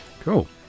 Cool